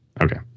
Okay